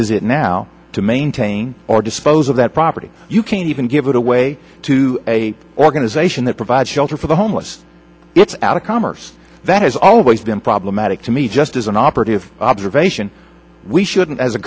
is it now to maintain or dispose of that property you can't even give it away to a organization that provides shelter for the homeless it's out of commerce that has always been problematic to me just as an operative observation we shouldn't as a